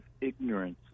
ignorance